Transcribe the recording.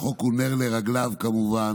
החוק הוא נר לרגליו, כמובן,